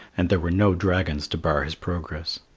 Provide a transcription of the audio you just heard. and there were no dragons to bar his progress.